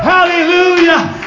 Hallelujah